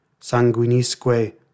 sanguinisque